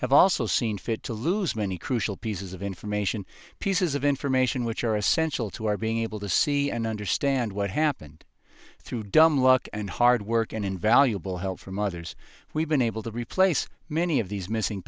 have also seen fit to lose many crucial pieces of information pieces of information which are essential to our being able to see and understand what happened through dumb luck and hard work and invaluable help from others we've been able to replace many of these missing